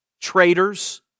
Traitors